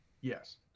yes